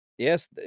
Yes